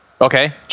Okay